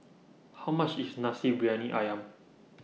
How much IS Nasi Briyani Ayam